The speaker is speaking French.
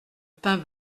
pain